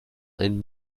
einen